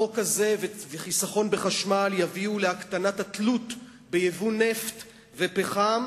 החוק הזה וחיסכון בחשמל יביאו להקטנת התלות ביבוא נפט ופחם,